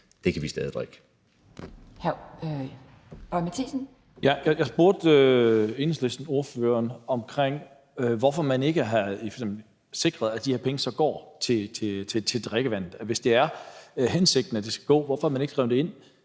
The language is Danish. Boje Mathiesen. Kl. 11:48 Lars Boje Mathiesen (NB): Jeg spurgte Enhedslistens ordfører om, hvorfor man ikke har sikret, at de her penge så går til drikkevandet. Hvis det er hensigten, at det skal gå til det, hvorfor har man så ikke skrevet det ind,